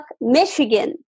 Michigan